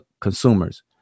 consumers